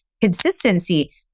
consistency